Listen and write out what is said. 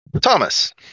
Thomas